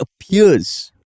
appears